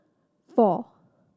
four